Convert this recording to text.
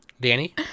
Danny